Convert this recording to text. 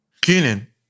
Kenan